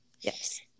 yes